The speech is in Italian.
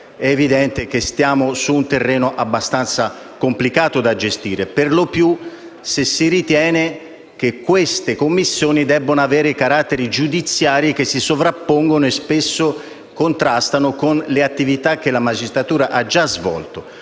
è evidente che ci mettiamo su un terreno abbastanza complicato da gestire, ancor di più se si ritiene che quelle Commissioni debbono avere caratteri giudiziari che si sovrappongono e spesso contrastano con le attività che la magistratura ha già svolto.